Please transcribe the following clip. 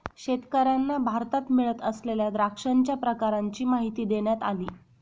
शेतकर्यांना भारतात मिळत असलेल्या द्राक्षांच्या प्रकारांची माहिती देण्यात आली